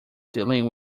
dealing